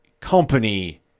company